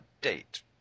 date